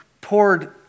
poured